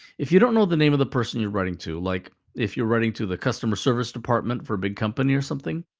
if you don't know the name of the person you're writing to, like if you're writing to the customer service department for a big company or something,